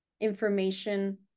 information